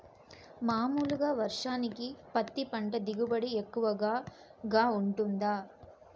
మామూలుగా వర్షానికి పత్తి పంట దిగుబడి ఎక్కువగా గా వుంటుందా?